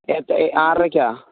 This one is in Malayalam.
എത്ര ആറരയ്ക്കോ